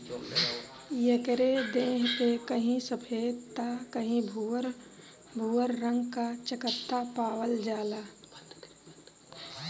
एकरे देह पे कहीं सफ़ेद त कहीं भूअर भूअर रंग क चकत्ता पावल जाला